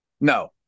No